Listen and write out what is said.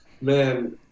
man